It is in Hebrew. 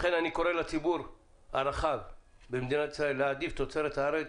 לכן אני קורא לציבור הרחב במדינת ישראל להעדיף תוצרת הארץ.